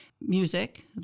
Music